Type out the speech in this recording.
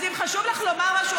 אז אם חשוב לך לומר משהו,